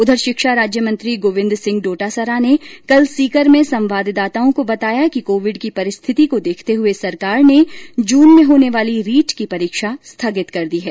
उधर शिक्षा राज्यमंत्री गोविन्द सिंह डोटासरा ने कल सीकर में संवाददाताओं को बताया कि कोविड की परिस्थिति को देखते हुए सरकार ने जून में होने वाली रीट की परीक्षा स्थगित कर दी है